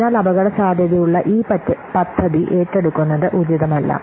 അതിനാൽ അപകടസാധ്യതയുള്ള ഈ പദ്ധതി ഏറ്റെടുക്കുന്നത് ഉചിതമല്ല